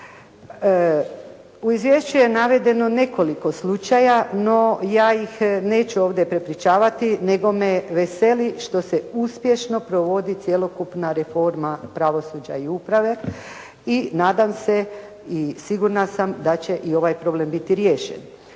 U izvješću je navedeno nekoliko slučaja no ja ih neću ovdje prepričavati nego me veseli što se uspješno provodi cjelokupna reforma pravosuđa i uprave i nadam se i sigurna sam da će i ovaj problem biti riješen.